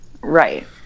Right